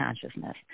consciousness